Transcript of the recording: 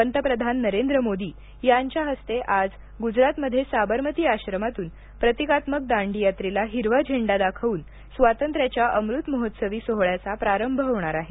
पंतप्रधान नरेंद्र मोदी यांच्या हस्ते आज गुजरातमध्ये साबरमती आश्रमातून प्रतिकात्मक दांडीयात्रेला हिरवा झेंडा दाखवून स्वातंत्र्याच्या अमृत महोत्सवी सोहळ्याचा प्रारंभ होणार आहे